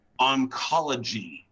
oncology